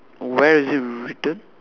where is it written